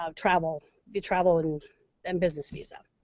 um travel the travel and and business visa.